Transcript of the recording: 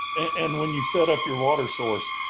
and when you set up your water source,